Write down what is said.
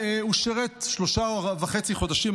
הוא שירת שלושה וחצי חודשים,